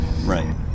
right